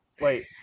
Wait